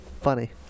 funny